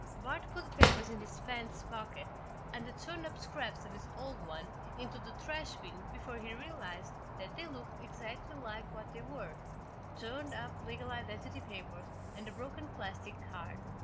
bart put the papers in his pants pocket and the torn-up scraps of his old ones into the trashbin before he realized that they looked exactly like what they were torn-up legal identity papers and a broken plastic card.